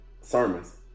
sermons